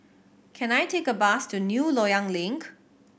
can I take a bus to New Loyang Link